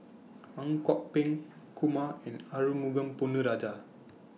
Ang Kok Peng Kumar and Arumugam Ponnu Rajah